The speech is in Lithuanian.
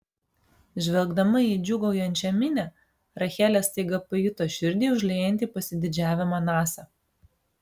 žvelgdama į džiūgaujančią minią rachelė staiga pajuto širdį užliejantį pasididžiavimą nasa